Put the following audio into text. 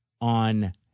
on